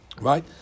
Right